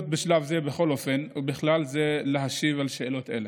בשלב זה, בכל אופן, ובכלל זה להשיב על שאלות אלה.